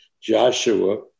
Joshua